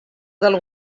del